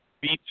Beach